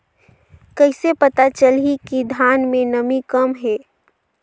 कइसे पता चलही कि धान मे नमी कम हे?